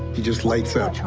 he just lights up.